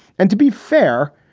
and to be fair,